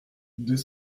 deux